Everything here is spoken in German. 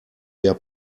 der